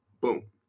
Boom